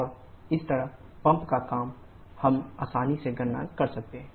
और इसी तरह पंप का काम हम आसानी से गणना कर सकते हैं